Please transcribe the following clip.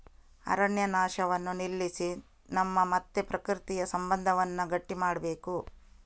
ಅರಣ್ಯ ನಾಶವನ್ನ ನಿಲ್ಲಿಸಿ ನಮ್ಮ ಮತ್ತೆ ಪ್ರಕೃತಿಯ ಸಂಬಂಧವನ್ನ ಗಟ್ಟಿ ಮಾಡ್ಬೇಕು